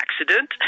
accident